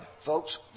Folks